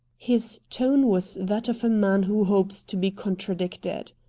his tone was that of a man who hopes to be contradicted.